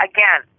Again